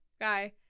guy